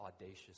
audacious